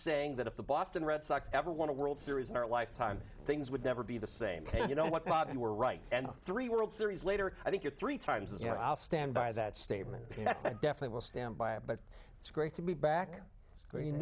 saying that if the boston red sox ever want to world series in our lifetime things would never be the same you know what bob you were right and three world series later i think you're three times as you know i'll stand by that statement definitely will stand by it but it's great to be back green